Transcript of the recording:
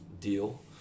deal